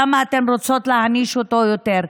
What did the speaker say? למה אתן רוצות להעניש אותו יותר?